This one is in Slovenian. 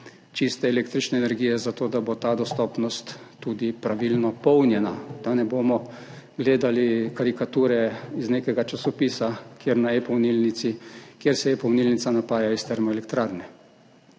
čiste električne energije za to, da bo ta dostopnost tudi pravilno polnjena, da ne bomo gledali karikature iz nekega časopisa, kjer se e-polnilnica napaja iz termoelektrarne.